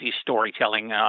storytelling